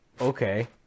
okay